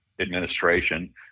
administration